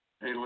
Hey